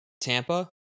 tampa